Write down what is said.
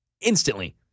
Instantly